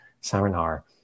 seminar